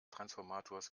transformators